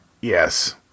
Yes